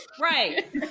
Right